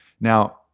Now